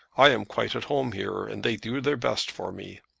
i am quite at home here and they do their best for me.